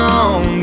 on